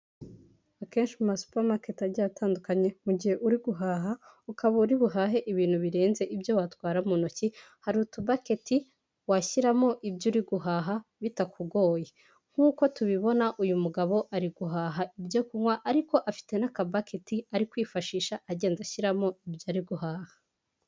Akenshi mu ma supera maketi ajyiye atandukanye mu gihe uri guhaha, ukaba uri buhahe ibintu birenze ibyo watwara mu ntoki, hari utubacket washyiramo ibyo uri guhaha bitakugoye. Nk'uko tubibona uyu mugabo ari guhaha ibyo kunywa ariko afite n'akabaketi ari kwifashisha agenda ashyiramo ibyo ari guhaha.